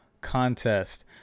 contest